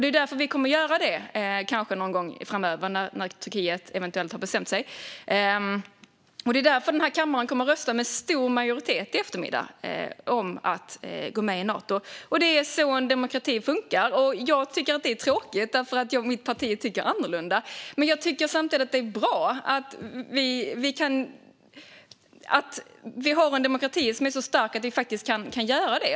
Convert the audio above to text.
Det är därför vi kanske kommer att göra det någon gång framöver, när Turkiet eventuellt har bestämt sig, och det är därför denna kammare i eftermiddag med stor majoritet kommer att rösta för att gå med i Nato. Det är så en demokrati funkar, även om jag tycker att det är tråkigt därför att jag och mitt parti tycker annorlunda. Samtidigt tycker jag att det är bra att vi har en demokrati som är så stark att vi kan göra detta.